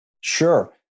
Sure